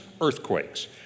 Earthquakes